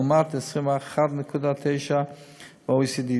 לעומת 21.9 ב-OECD.